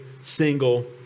single